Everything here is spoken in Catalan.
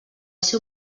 seu